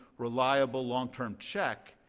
reliable, long-term check,